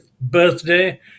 birthday